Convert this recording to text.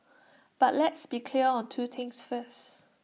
but let's be clear on two things first